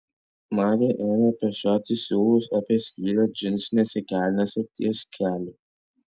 magė ėmė pešioti siūlus apie skylę džinsinėse kelnėse ties keliu